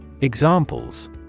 Examples